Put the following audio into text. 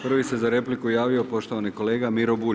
Prvi se za repliku javio poštovani kolega Miro Bulj.